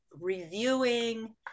reviewing